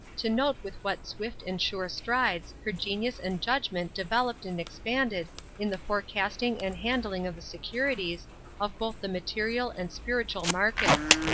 to note with what swift and sure strides her genius and judgment developed and expanded in the forecasting and handling of the securities of both the material and spiritual markets.